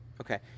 Okay